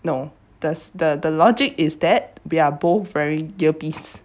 no thes the the logic is that we are both wearing earpiece